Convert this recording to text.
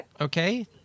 Okay